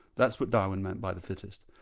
that's what darwin meant by the fittest.